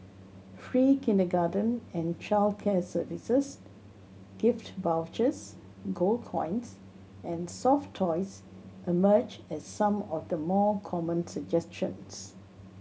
free kindergarten and childcare services gift vouchers gold coins and soft toys emerged as some of the more common suggestions